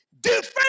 different